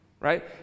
right